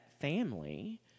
family